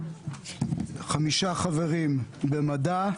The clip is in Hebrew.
חמישה חברים במדע,